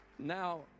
Now